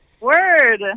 word